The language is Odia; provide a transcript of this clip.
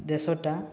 ଦେଶଟା